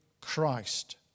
Christ